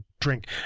drink